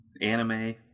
anime